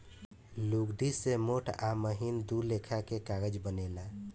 लुगदी से मोट आ महीन दू लेखा के कागज बनेला